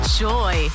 joy